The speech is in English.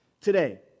today